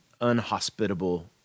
unhospitable